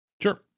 Sure